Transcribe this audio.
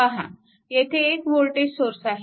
पहा येथे एक वोल्टेज सोर्स आहे